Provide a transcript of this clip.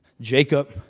Jacob